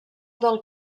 del